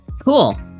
Cool